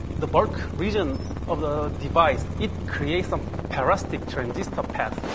the bulk region of the device, it creates a parasitic transistor path,